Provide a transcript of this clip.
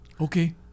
Okay